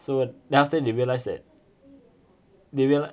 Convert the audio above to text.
so then after they realise that they reali~